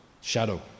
shadow